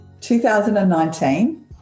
2019